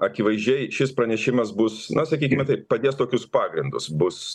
akivaizdžiai šis pranešimas bus na sakykime taip padės tokius pagrindus bus